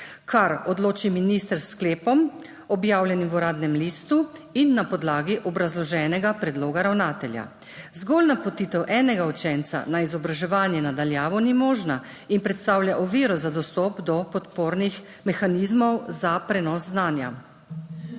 čemer odloči minister s sklepom, objavljenim v Uradnem listu, in na podlagi obrazloženega predloga ravnatelja. Zgolj napotitev enega učenca na izobraževanje na daljavo ni možna in predstavlja oviro za dostop do podpornih mehanizmov za prenos znanja.